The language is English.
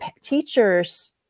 teachers